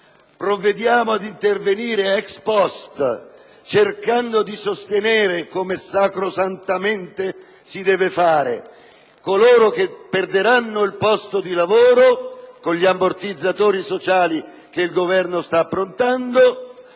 provvediamo ad intervenire *ex post*, cercando di sostenere, come sacrosantamente si deve fare, coloro che perderanno il posto di lavoro con gli ammortizzatori sociali che il Governo sta approntando,